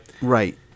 Right